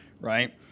Right